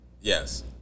Yes